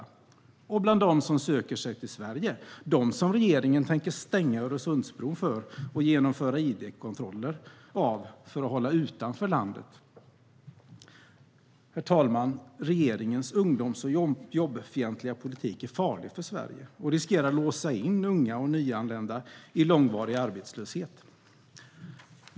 De kan också hämtas bland dem som söker sig till Sverige, alltså dem som regeringen tänker stänga Öresundsbron för och genomföra ID-kontroller av för att hålla utanför landet. Herr talman! Regeringens ungdoms och jobbfientliga politik är farlig för Sverige och riskerar att låsa in unga och nyanlända i långvarig arbetslöshet.